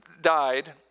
died